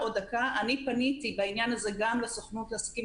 אני פניתי בעניין הזה גם לסוכנות לעסקים